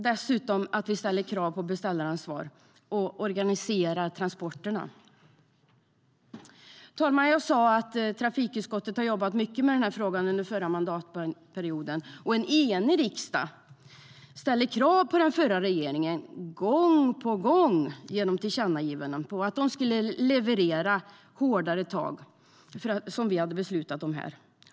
Dessutom måste vi ställa krav på beställaransvar och organisera transporterna. Herr talman! Trafikutskottet jobbade som sagt mycket med den här frågan under den förra mandatperioden. En enig riksdag ställde genom tillkännagivanden gång på gång krav på den förra regeringen om att leverera hårdare tag, vilket vi hade beslutat om här.